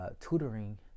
Tutoring